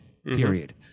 Period